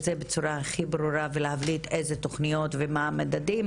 זה בצורה הכי ברורה ולהבליט איזה תוכניות ומה המדדים,